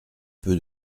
peu